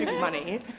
Money